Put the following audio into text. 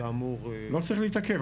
היה אמור --- לא צריך להתעכב.